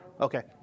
Okay